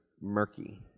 murky